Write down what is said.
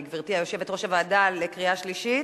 גברתי יושבת-ראש הוועדה, לקריאה שלישית?